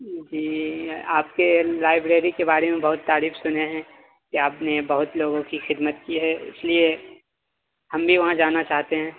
جی میں آپ کے لائبریری کے بارے میں بہت تعریف سنے ہیں کہ آپ نے بہت لوگوں کی خدمت کی ہے اس لیے ہم بھی وہاں جانا چاہتے ہیں